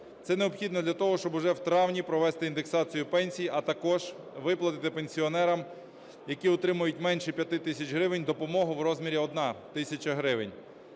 Це необхідно для того, щоб уже в травні провести індексацію пенсій, а також виплатити пенсіонерам, які отримують менше 5 тисяч гривень, допомогу в розмірі 1 тисяча гривень.